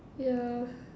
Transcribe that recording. yeah